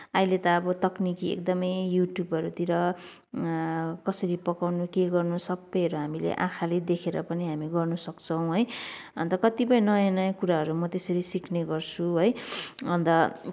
अहिले त अब तकनिकी एकदमै युट्युबहरू तिर कसरी पकाउनु के गर्नु सबैहरू हामीले आँखाले देखेर पनि हामी गर्न सक्छौँ है अन्त कतिपय नयाँ नयाँ कुराहरू म त्यसरी सिक्ने गर्छु है अन्त